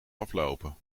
aflopen